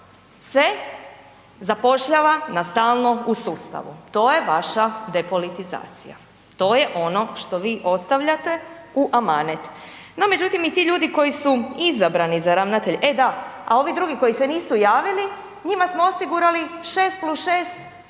se zapošljava na stalno u sustavu. To je vaša depolitizacija, to je ono što vi ostavljate u amanet. No međutim, i ti ljudi koji su izabrani za ravnatelje, e da, a ovi drugi koji se nisu javili njima smo osigurali 6+6